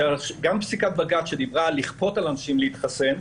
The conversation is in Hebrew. גם פסיקת בג"צ שדיברה על לכפות על אנשים להתחסן,